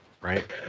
right